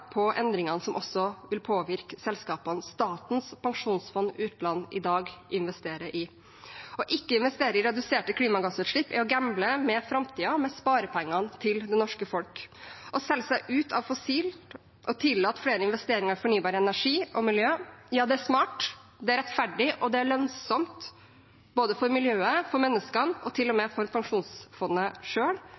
på endringene som også vil påvirke selskapene Statens pensjonsfond utland i dag investerer i. Ikke å investere i reduserte klimagassutslipp er å gamble med framtiden med sparepengene til det norske folk. Å selge seg ut av fossil energi og tillate flere investeringer i fornybar energi og miljø er smart, rettferdig og lønnsomt både for miljøet og for menneskene og til og med for pensjonsfondet